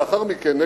לאחר מכן,